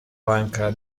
banca